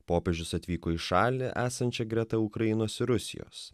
popiežius atvyko į šalį esančią greta ukrainos ir rusijos